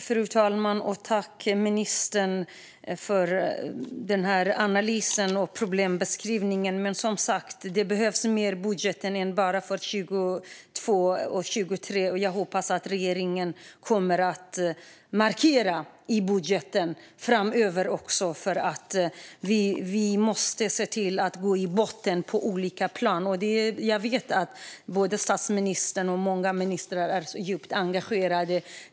Fru talman! Tack, ministern, för analysen och problembeskrivningen! Men det behövs som sagt mer i budgeten än bara för 2022 och 2023. Jag hoppas att regeringen kommer att markera detta i budgeten framöver också, för vi måste se till att gå till botten med det på olika plan. Jag vet att både statsministern och många ministrar är djupt engagerade.